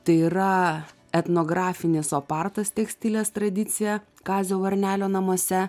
tai yra etnografinis opartas tekstilės tradicija kazio varnelio namuose